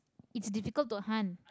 it's difficult to hunt